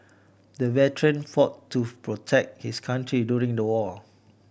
the veteran fought to protect his country during the war